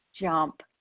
jump